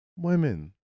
Women